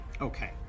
Okay